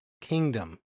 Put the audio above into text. kingdom